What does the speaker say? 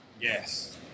Yes